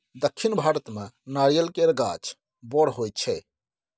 दक्खिन भारत मे नारियल केर गाछ बड़ होई छै